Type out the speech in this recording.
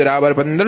142502 1599Rshr